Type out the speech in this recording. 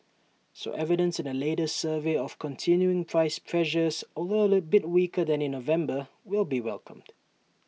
so evidence in the latest survey of continuing price pressures although A bit weaker than in November will be welcomed